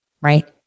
right